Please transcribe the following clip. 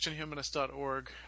christianhumanist.org